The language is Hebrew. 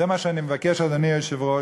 זה מה שאני מבקש, אדוני היושב-ראש.